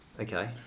Okay